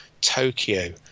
Tokyo